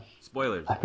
spoilers